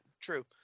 True